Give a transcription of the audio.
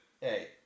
Hey